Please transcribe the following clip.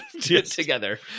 together